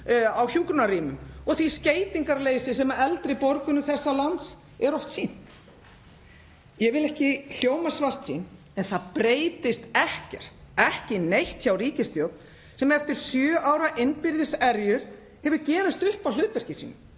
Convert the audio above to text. hjúkrunarrýmum og það skeytingarleysi sem eldri borgurum þessa lands er oft sýnt. Ég vil ekki hljóma svartsýn en það breytist ekkert, ekki neitt, hjá ríkisstjórn sem eftir sjö ára innbyrðis erjur hefur gefist upp á hlutverki sínu,